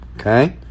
Okay